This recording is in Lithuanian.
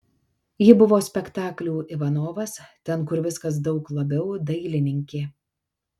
ji buvo spektaklių ivanovas ten kur viskas daug labiau dailininkė